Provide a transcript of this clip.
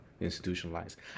institutionalized